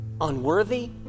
unworthy